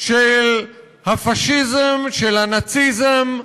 של הפאשיזם, של הנאציזם,